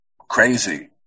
crazy